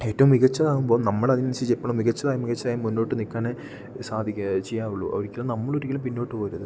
ഏറ്റവും മികച്ചതാകുമ്പോൾ നമ്മൾ അതിന് അനുസരിച്ചു എപ്പോഴും മികച്ചതായി മികച്ചാതായി മുന്നോട്ട് നിൽക്കാനായി സാധിക്കുക ചെയ്യാവുള്ളൂ ഒരിക്കലും നമ്മൾ ഒരിക്കലും പിന്നോട്ട് പോകരുത്